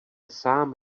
sám